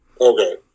Okay